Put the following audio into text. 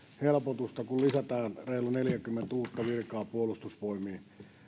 helpotusta kun lisätään reilu neljäkymmentä uutta virkaa puolustusvoimiin